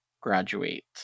graduate